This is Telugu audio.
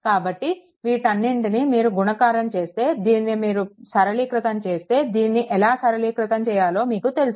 కాబట్టి వీటన్నిటిని మీరు గుణకారం చేస్తే మీరు దీనిని సరళీకృతం చేస్తే దీన్ని ఎలా సరళీకృతం చేయాలో మీకు తెలుసు